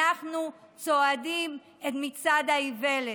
אנחנו צועדים את מצעד האיוולת.